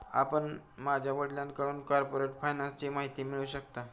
आपण माझ्या वडिलांकडून कॉर्पोरेट फायनान्सची माहिती मिळवू शकता